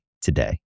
today